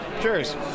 Cheers